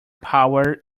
power